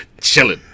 chilling